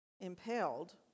impaled